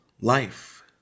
life